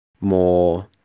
more